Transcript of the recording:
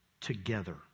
together